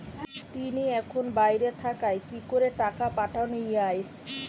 তিনি এখন বাইরে থাকায় কি করে টাকা পাঠানো য়ায়?